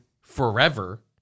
Forever